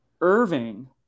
Irving